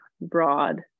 broad